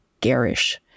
garish